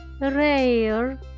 rare